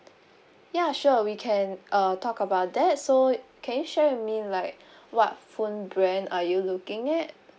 ya sure we can uh talk about that so can you share with me like what phone brand are you looking at